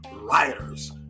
rioters